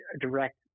direct